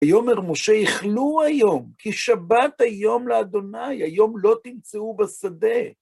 ויאמר משה, איכלו היום, כי שבת היום לה', היום לא תמצאו בשדה.